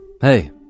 Hey